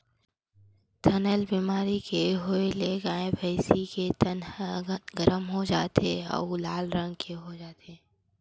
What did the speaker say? थनैल बेमारी के होए ले गाय, भइसी के थन ह गरम हो जाथे अउ लाल रंग के हो जाथे